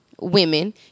women